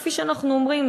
כפי שאנחנו אומרים,